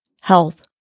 health